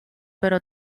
pero